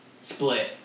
Split